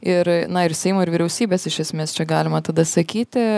ir na ir seimo ir vyriausybės iš esmės čia galima tada sakyti